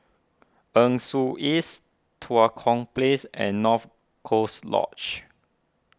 Nee Soon East Tua Kong Place and North Coast Lodge